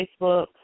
Facebook